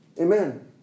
Amen